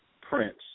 Prince